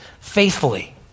faithfully